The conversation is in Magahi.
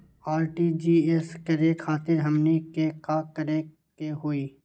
आर.टी.जी.एस करे खातीर हमनी के का करे के हो ई?